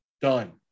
Done